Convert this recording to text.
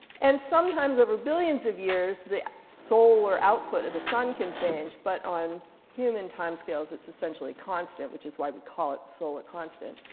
and sometimes, over billions of years, the solar output of the sun can change. but on human time scales, it's essentially constant, which is why we call it solar constant.